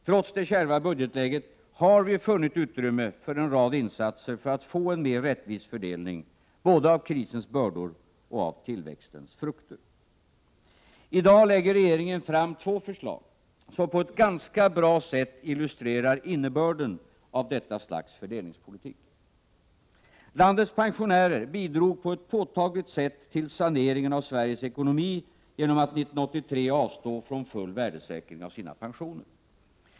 Trots det kärva budgetläget har vi funnit utrymme för en rad insatser för att få en mer rättvis fördelning både av krisens bördor och av tillväxtens frukter. I dag lägger regeringen fram två förslag som på ett ganska bra sätt illustrerar innebörden av detta slags fördelningspolitik. Landets pensionärer bidrog på ett påtagligt sätt till saneringen av Sveriges ekonomi genom att 1983 avstå från full värdesäkring av sina pensioner.